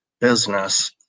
business